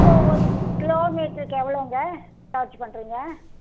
அப்போது ஒரு கிலோமீட்டருக்கு எவ்வளோங்க சார்ஜ் பண்ணுறிங்க